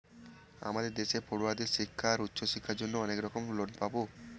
আমাদের দেশে পড়ুয়াদের শিক্ষা আর উচ্চশিক্ষার জন্য অনেক রকম লোন পাবো